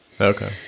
Okay